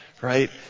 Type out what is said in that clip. right